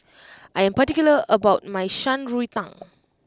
I am particular about my Shan Rui Tang